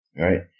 Right